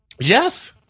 Yes